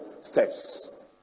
steps